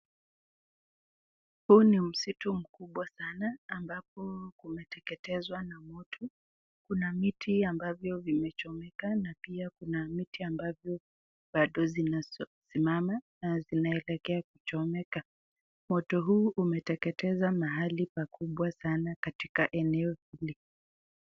Huu ni msitu mkubwa sana ambapo umetekezwa na moto. Kuna miti ambavyo vimechomeka na pia kuna miti ambavyo bado zimesimama na zinaelekea kuchomeka. Moto huu umeteketeza mahali pakubwa sana katika eneo hili.